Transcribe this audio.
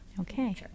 Okay